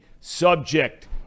subject